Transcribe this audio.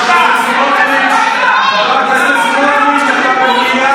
חברי הכנסת, חברי הכנסת,